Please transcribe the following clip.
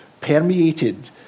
permeated